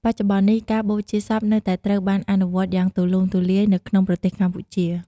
បច្ចុប្បន្ននេះ ការបូជាសពនៅតែត្រូវបានអនុវត្តយ៉ាងទូលំទូលាយនៅក្នុងប្រទេសកម្ពុជា។